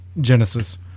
Genesis